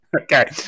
Okay